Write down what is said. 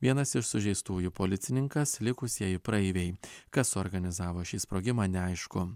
vienas iš sužeistųjų policininkas likusieji praeiviai kas suorganizavo šį sprogimą neaišku